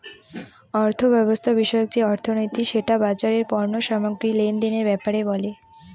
অর্থব্যবস্থা বিষয়ক যে অর্থনীতি সেটা বাজারের পণ্য সামগ্রী লেনদেনের ব্যাপারে বলে